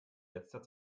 letzter